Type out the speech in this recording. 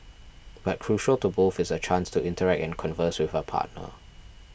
but crucial to both is a chance to interact and converse with a partner